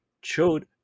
showed